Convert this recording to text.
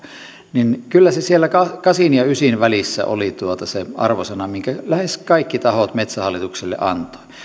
ja kyllä siellä kasin ja ysin välissä oli se arvosana minkä lähes kaikki tahot metsähallitukselle antoivat